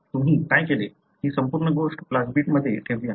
तुम्ही काय केले ही संपूर्ण गोष्ट प्लाझमिडमध्ये ठेवली आहे